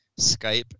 Skype